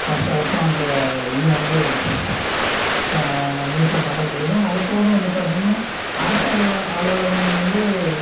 வருஷம் வருஷம் அந்த இதை வந்து நியூஸில் பார்த்தா தெரியும் அதுப்போக வந்து பார்த்திங்கன்னா அரசு அலுவலகங்கள் வந்து